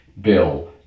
bill